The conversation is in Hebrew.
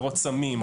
עבירות סמים,